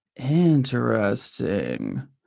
Interesting